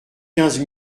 quinze